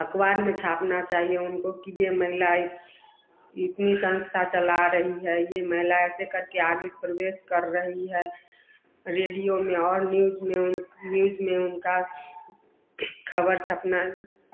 अख़बार में छापना चाहिए उनको कि यह महिला इतनी संस्था चला रही है यह महिला ऐसे करके आगे प्रोग्रेस कर रही है रेडियो में और न्यूज़ में और न्यूज़ में उनका ख़बर छपना